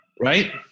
right